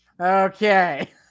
Okay